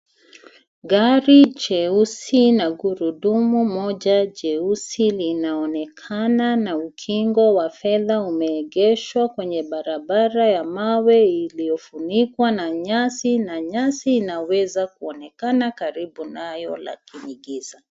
Gari jeusi na gurudumu moja jeusi linaonekana na ukingo wa fedha umeegeshwa kwenye barabara ya mawe iliyofunikwa na nyasi na nyasi inaweza kuonekana karibu nayo lakini giza.